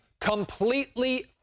completely